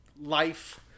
life